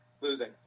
losing